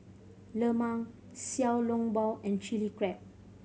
lemang Xiao Long Bao and Chilli Crab